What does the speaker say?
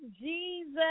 Jesus